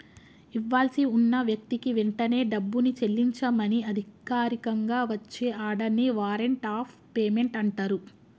ఇవ్వాల్సి ఉన్న వ్యక్తికి వెంటనే డబ్బుని చెల్లించమని అధికారికంగా వచ్చే ఆర్డర్ ని వారెంట్ ఆఫ్ పేమెంట్ అంటరు